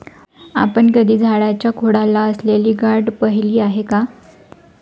आपण कधी झाडाच्या खोडाला असलेली गाठ पहिली आहे का?